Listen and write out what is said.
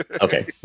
okay